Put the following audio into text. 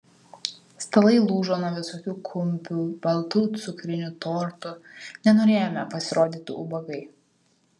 stalai lūžo nuo visokių kumpių baltų cukrinių tortų nenorėjome pasirodyti ubagai